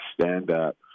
stand-up